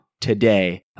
today